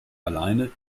alleine